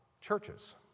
churches